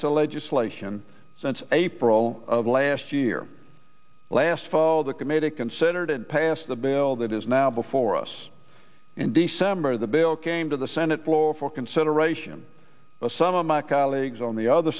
l legislation since april of last year last fall the committee considered and pass the bill that is now before us in december the bill came to the senate floor for consideration of some of my colleagues on the other